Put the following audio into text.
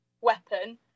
weapon